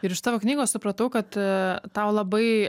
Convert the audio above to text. ir iš tavo knygos supratau kad tau labai